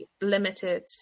limited